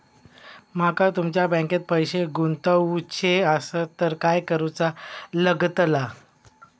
माका तुमच्या बँकेत पैसे गुंतवूचे आसत तर काय कारुचा लगतला?